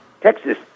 Texas